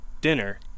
Dinner